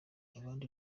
abandi